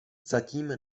zatím